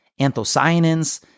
anthocyanins